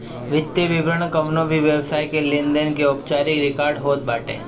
वित्तीय विवरण कवनो भी व्यवसाय के लेनदेन के औपचारिक रिकार्ड होत बाटे